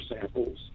samples